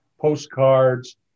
postcards